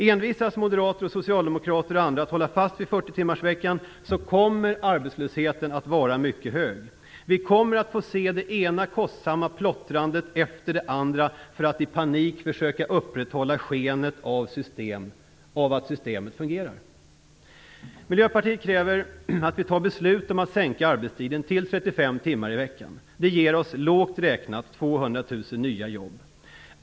Envisas moderater och socialdemokrater och andra att hålla fast vid 40 timmarsveckan kommer arbetslösheten att vara mycket hög. Vi kommer att få se det ena kostsamma plottrandet efter det andra, för att i panik försöka upprätthålla skenet av att systemet fungerar. Miljöpartiet kräver att vi fattar beslut om att sänka arbetstiden till 35 timmar i veckan. Det ger oss lågt räknat 200 000 nya jobb.